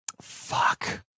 Fuck